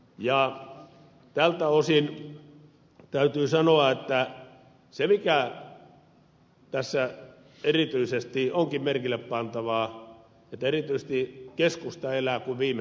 tältä osin täytyy sanoa että tässä erityisesti onkin merkillepantavaa että erityisesti keskusta elää kuin viimeistä päivää